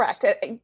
Correct